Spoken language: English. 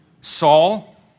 Saul